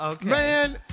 Man